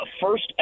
first